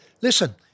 listen